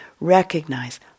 recognize